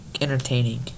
Entertaining